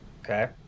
Okay